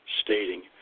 stating